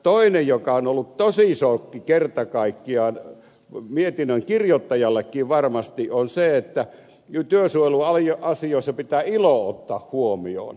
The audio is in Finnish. toinen joka on ollut tosi sokki kerta kaikkiaan mietinnön kirjoittajallekin varmasti on se että työsuojeluasioissa pitää ilo ottaa huomioon